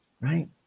right